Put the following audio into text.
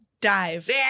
Dive